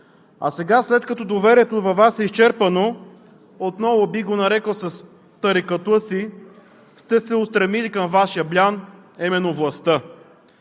Сега, след като доверието във Вас е изчерпано, отново бих го нарекъл – с тарикатлъци, сте се устремили към Вашия блян, а именно властта.